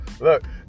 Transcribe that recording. Look